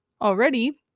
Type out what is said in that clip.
already